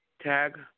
tag